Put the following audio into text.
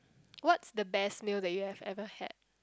what's the best meal that you have ever had